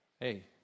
hey